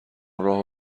راهو